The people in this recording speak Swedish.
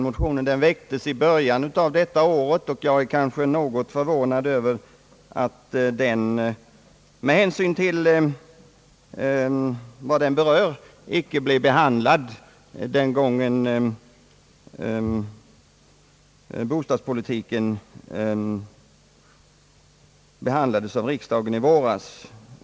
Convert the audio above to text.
Motionen väcktes i början av detta år, och jag är kanske något förvånad över att den med hänsyn till vad den gäller icke upptogs till prövning den gången då bostadspolitiken behandlades i riksdagen i våras.